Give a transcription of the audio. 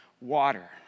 water